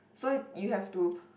so you have to